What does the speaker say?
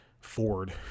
Ford